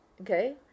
okay